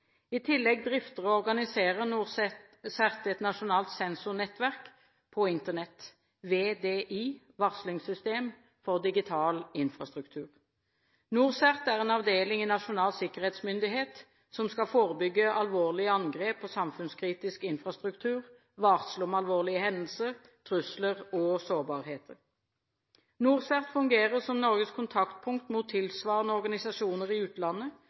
I tillegg drifter og organiserer NorCERT et nasjonalt sensornettverk på Internett – VDI – varslingssystem for digital infrastruktur. NorCERT er en avdeling i Nasjonal sikkerhetsmyndighet – NSH – som skal forebygge alvorlige angrep på samfunnskritisk infrastruktur, varsle om alvorlige hendelser, trusler og sårbarheter. NorCERT fungerer som Norges kontaktpunkt mot tilsvarende organisasjoner i utlandet